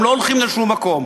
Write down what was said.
הם לא הולכים לשום מקום.